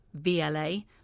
VLA